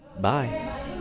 Bye